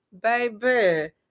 Baby